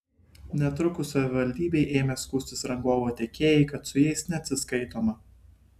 netrukus savivaldybei ėmė skųstis rangovo tiekėjai kad su jais neatsiskaitoma